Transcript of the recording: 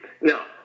No